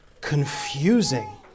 confusing